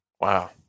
Wow